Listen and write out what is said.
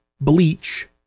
bleach